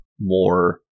more